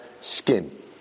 skin